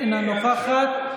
ולכן זה לא מופרך שגם בתקופת ביידן,